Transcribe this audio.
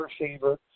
receiver